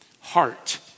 heart